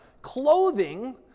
clothing